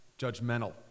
judgmental